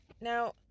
now